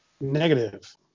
Negative